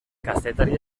kazetari